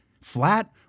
flat